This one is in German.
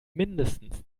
mindestens